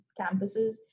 campuses